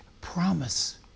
promise